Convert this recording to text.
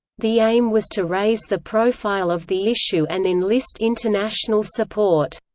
the aim was to raise the profile of the issue and enlist international support.